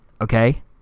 Okay